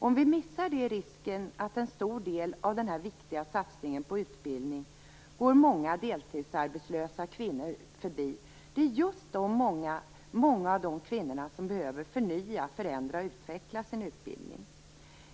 Om vi missar detta är risken att en stor del av den här viktiga satsningen på utbildning går många deltidsarbetslösa kvinnor förbi. Det är just många av de kvinnorna som behöver förnya, förändra och utveckla sin utbildning.